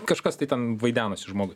kažkas tai ten vaidenasi žmogui